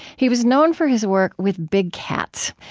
he was known for his work with big cats,